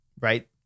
right